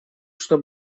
что